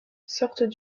sortent